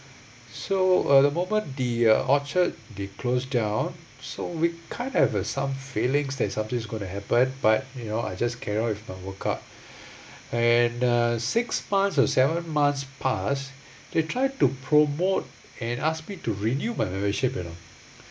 so uh the moment the uh orchard they closed down so we kind of some feelings that something's going to happen but you know I just carry on with my workout and uh six months or seven months pass they tried to promote and ask me to renew my membership you know